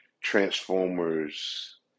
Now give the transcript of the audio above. transformers